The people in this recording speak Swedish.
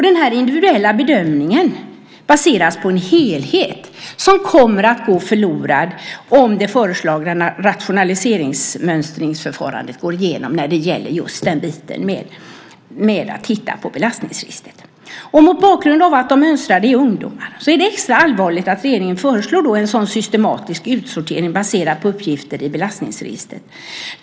Denna individuella bedömning baseras på en helhet som kommer att gå förlorad om det föreslagna rationaliserade mönstringsförfarandet går igenom när det gäller kontrollen i belastningsregistret. Mot bakgrund av att de mönstrande är ungdomar är det extra allvarligt att regeringen föreslår en så systematisk utsortering baserad på uppgifter i belastningsregistret.